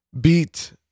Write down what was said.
beat